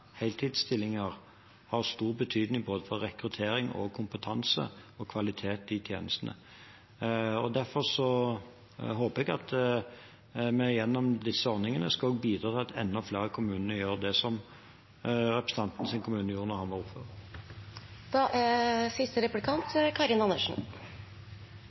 har stor betydning for både rekruttering og kompetanse og kvalitet i tjenestene. Derfor håper jeg at vi gjennom disse ordningene skal bidra til at enda flere av kommunene gjør det som representantens kommune gjorde da han var ordfører. Kommunene har fått veldig mange nye oppgaver i tida nå. Det er